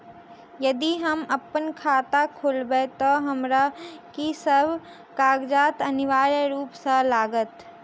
यदि हम अप्पन खाता खोलेबै तऽ हमरा की सब कागजात अनिवार्य रूप सँ लागत?